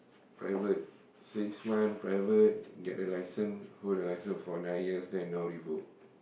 private six month private get the license hold the license for nine years then now revoke